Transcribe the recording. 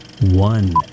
one